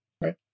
Right